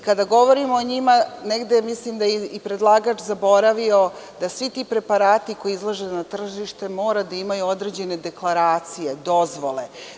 Kada govorimo o njima, negde mislim da je i predlagač zaboravio da svi ti preparati koji izlaze na tržište moraju da imaju određene deklaracije, dozvole.